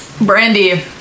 Brandy